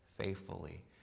Faithfully